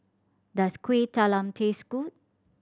does Kueh Talam taste good